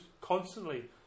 constantly